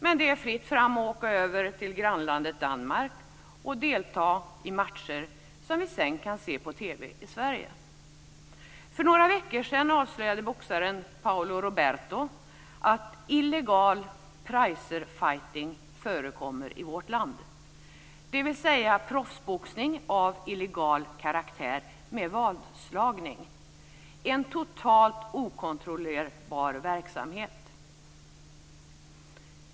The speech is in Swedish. Men det är fritt fram att åka över till grannlandet Danmark och delta i matcher som vi sedan kan se på TV i Sverige. För några veckor sedan avslöjade boxaren Paolo Roberto att illegal pricerfighting förekommer i vårt land, dvs. proffsboxning av illegal karaktär med vadslagning. Det är en totalt okontrollerbar verksamhet.